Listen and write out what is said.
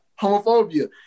homophobia